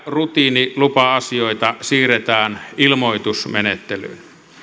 rutiinilupa asioita siirretään ilmoitusmenettelyyn